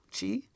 Chi